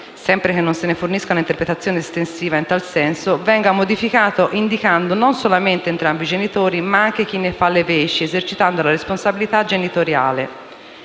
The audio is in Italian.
sempre che non se ne fornisca un'interpretazione estensiva in tal senso, venga modificato indicando non solamente entrambi i genitori, ma anche chi ne fa le veci esercitando la responsabilità genitoriale.